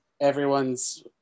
everyone's